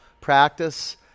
Practice